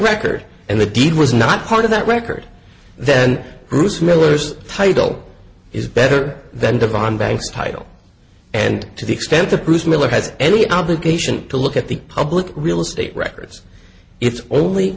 record and the deed was not part of that record then bruce miller's title is better than divine bank's title and to the extent the bruce miller has any obligation to look at the public real estate records if only